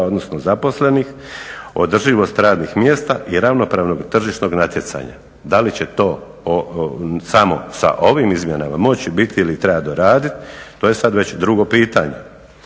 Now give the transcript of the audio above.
odnosno zaposlenih, održivost radnih mjesta i ravnopravnog tržišnog natjecanja. Da li će to samo sa ovim izmjenama moći biti ili treba doradit, to je sad već drugo pitanje.